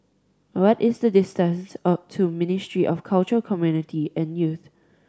what is the distance of to Ministry of Culture Community and Youth